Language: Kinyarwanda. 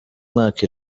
mwaka